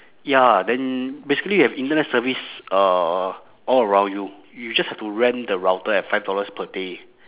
ya then basically you have internet service uh all around you you just have to rent the router at five dollars per day